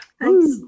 Thanks